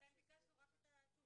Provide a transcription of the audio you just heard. לכן ביקשנו רק את התשובות,